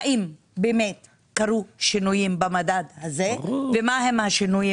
האם באמת קרו שינויים במדד הזה ומה הם השינויים